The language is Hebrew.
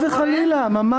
חס וחלילה, ממש לא.